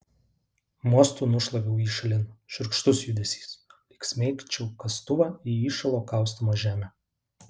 mostu nušlaviau jį šalin šiurkštus judesys lyg smeigčiau kastuvą į įšalo kaustomą žemę